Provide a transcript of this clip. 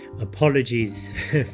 apologies